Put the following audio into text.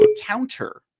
counter